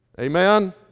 Amen